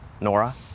Nora